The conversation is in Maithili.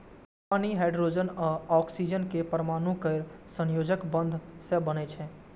पानि हाइड्रोजन आ ऑक्सीजन के परमाणु केर सहसंयोजक बंध सं बनै छै